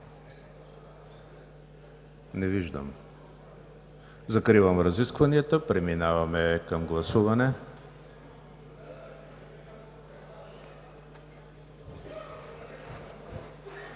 Не виждам. Закривам разискванията. Преминаваме към гласуване.